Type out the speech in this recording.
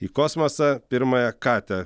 į kosmosą pirmąją katę